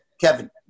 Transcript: Kevin